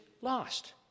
lost